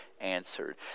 answered